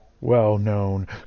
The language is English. well-known